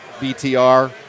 BTR